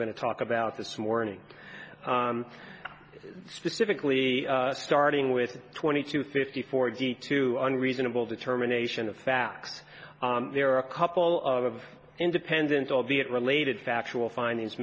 going to talk about this morning specifically starting with twenty two fifty four g two unreasonable determination of fact there are a couple of independent albeit related factual findings